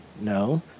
No